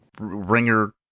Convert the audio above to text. ringer